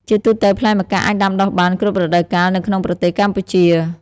ជាទូទៅ ផ្លែម្កាក់អាចដាំដុះបាន គ្រប់រដូវកាល នៅក្នុងប្រទេសកម្ពុជា។